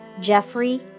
Jeffrey